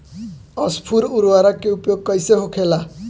स्फुर उर्वरक के उपयोग कईसे होखेला?